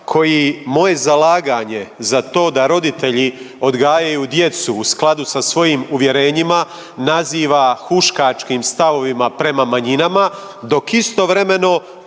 koji moje zalaganje za to da roditelji odgajaju djecu u skladu sa svojim uvjerenjima naziva huškačkim stavovima prema manjinama, dok istovremeno